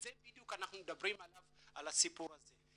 בדיוק אנחנו מדברים על הסיפור הזה.